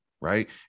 right